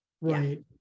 Right